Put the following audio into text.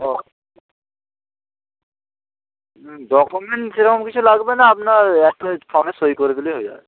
ও হুম ডকুমেন্ট সেরকম কিছু লাগবে না আপনার একটা ওই ফর্মে সই করে দিলেই হয়ে যাবে